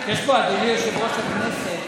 אדוני יושב-ראש הכנסת,